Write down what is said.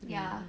ya